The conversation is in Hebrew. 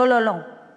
לא, לא, לא.